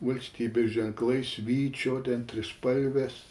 valstybės ženklais vyčio ten trispalvės